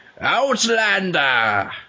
Outlander